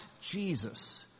Jesus